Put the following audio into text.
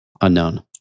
unknown